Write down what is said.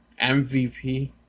MVP